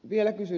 vielä kysyn